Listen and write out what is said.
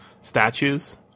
statues